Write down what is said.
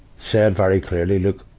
said very clearly, look,